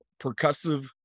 percussive